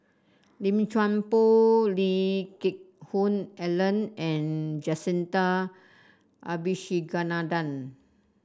Lim Chuan Poh Lee Geck Hoon Ellen and Jacintha Abisheganaden